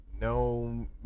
no